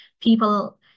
people